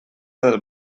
del